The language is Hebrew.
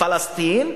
פלסטין,